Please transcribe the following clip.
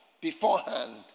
beforehand